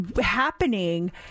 happening